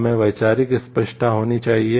हमें वैचारिक स्पष्टता होनी चाहिए